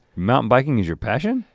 mountain biking is your passion?